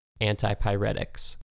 Antipyretics